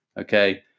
Okay